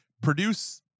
Produce